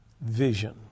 Vision